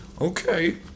okay